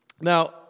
Now